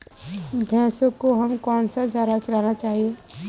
भैंसों को हमें कौन सा चारा खिलाना चाहिए?